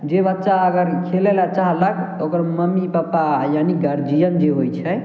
जे बच्चा अगर खेलय लए चाहलक ओकर मम्मी पप्पा यानि गार्जियन जे होइ छै